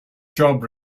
job